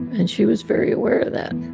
and she was very aware of that